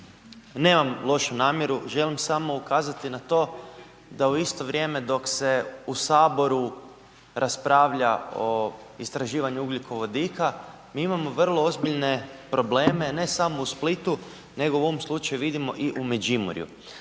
Nemam lošu namjeru želim samo ukazati na to da u isto vrijeme dok se u saboru raspravlja o istraživanju ugljikovodika, mi imamo vrlo ozbiljne probleme ne samo u Splitu nego u ovom slučaju vidimo i u Međimurju.